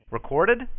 Recorded